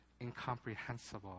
incomprehensible